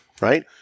right